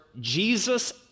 Jesus